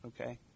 okay